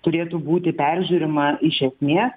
turėtų būti peržiūrima iš esmės